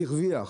הרוויח,